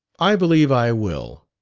i believe i will.